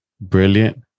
Brilliant